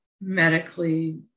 medically